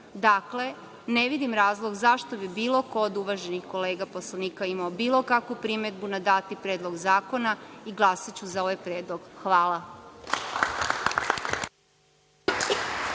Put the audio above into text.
Dakle, ne vidim razlog zašto bi bilo ko od uvaženih kolega poslanika imao bilo kakvu primedbu na dati Predlog zakona i glasaću za ovaj predlog. Hvala.